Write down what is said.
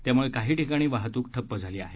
त्यामुळे काही ठिकाणी वाहतूक ठप्प झाली आहे